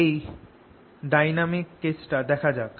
এই dynamic case টা দেখা যাক